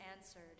answered